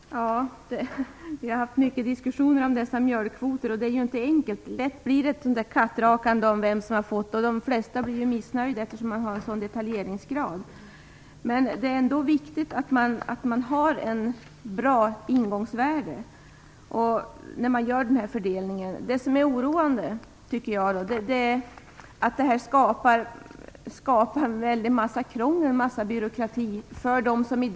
Fru talman! Vi har haft många diskussioner om dessa mjölkkvoter. Detta är inte enkelt. Det blir lätt ett kattrakande om vem som har fått vad. De flesta blir ju missnöjda eftersom man har en sådan detaljeringsgrad. Men det är ändå viktigt med ett bra ingångsvärde vid den här fördelningen. Det oroande är att detta skapar en massa krångel och byråkrati.